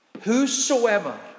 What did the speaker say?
Whosoever